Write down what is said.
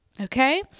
Okay